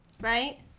right